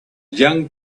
young